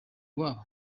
iwabo